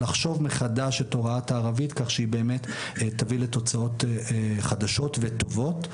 לחשוב מחדש את הוראת הערבית כך שהיא באמת תביא לתוצאות חדשות וטובות.